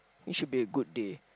it should be a good day